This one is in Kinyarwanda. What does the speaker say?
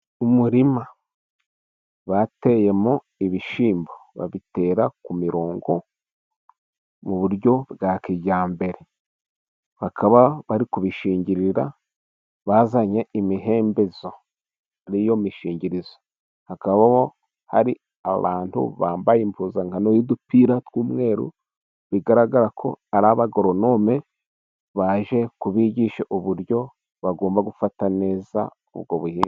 Umurima bateyemo ibishyimbo， babitera ku mirongo mu buryo bwa kijyambere. Bakaba bari kubishingirira，bazanye imihembezo，ari yo mishingirizo，hakabaho hari abantu bambaye impuzankano y'udupira tw'umweru，bigaragara ko ari abagoronome， baje kubigisha uburyo bagomba gufata neza ubwo buhinzi.